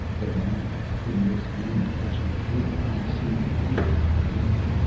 but now, in this manufactured dream, he seemed vibrantly alive.